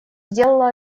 сделала